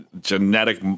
genetic